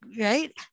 right